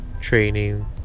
training